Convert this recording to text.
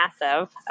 massive